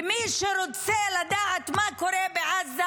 מי שרוצה לדעת מה קורה בעזה,